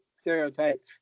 stereotypes